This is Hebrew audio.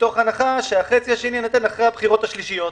מתוך הנחה שהחצי יינתן לאחר הבחירות השלישיות,